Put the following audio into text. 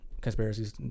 Conspiracies